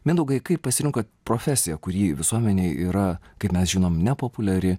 mindaugai kaip pasirinkot profesiją kuri visuomenėj yra kaip mes žinom nepopuliari